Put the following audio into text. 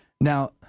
Now